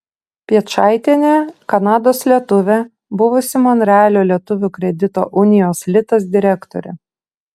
piečaitienė kanados lietuvė buvusi monrealio lietuvių kredito unijos litas direktorė